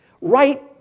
right